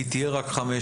היא תהיה רק 15,